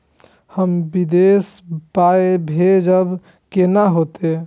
हम विदेश पाय भेजब कैना होते?